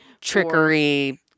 Trickery